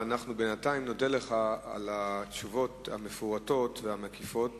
ובינתיים נודה לך על התשובות המפורטות והמקיפות